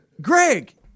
Greg